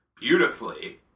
beautifully